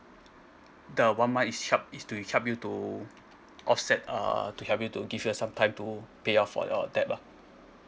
the one month is help is to help you to offset uh to have you to give you some time to pay off your debt lah